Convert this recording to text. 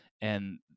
and-